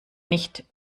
nicht